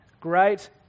Great